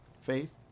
faith